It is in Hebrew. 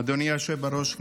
אדוני היושב-ראש,